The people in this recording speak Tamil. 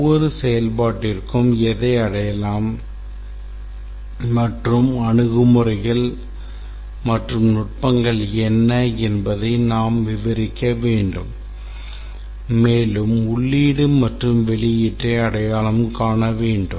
ஒவ்வொரு செயல்பாட்டிற்கும் எதை அடையலாம் மற்றும் அணுகுமுறைகள் மற்றும் நுட்பங்கள் என்ன என்பதை நாம் விவரிக்க வேண்டும் மேலும் உள்ளீடு மற்றும் வெளியீட்டை அடையாளம் காண வேண்டும்